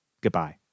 goodbye